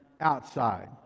outside